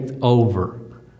over